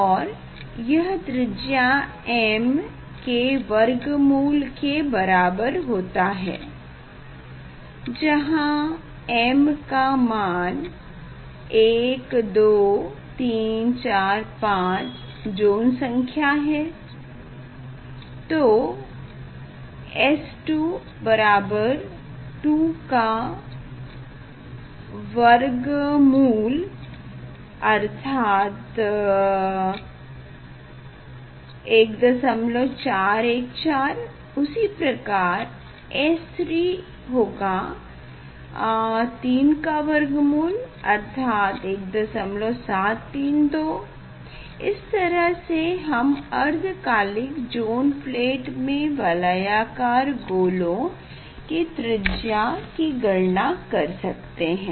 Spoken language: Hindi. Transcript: और यह त्रिज्या m के वर्गमूल के बराबर होता है जहाँ m का मान 12345 ज़ोन संख्या है तो S 2 बराबर 2 का वार्गमूल अर्थात 1414 उसी प्रकार S3 होगा 3 का वर्गमूल अर्थात 1732 इस तरह से हम अर्धकालिक ज़ोन प्लेट में वलयकार गोलों की त्रिज्या की गणना कर सकते है